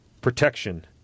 protection